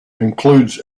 includes